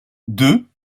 deux